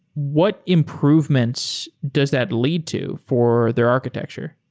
what improvements does that lead to for their architecture?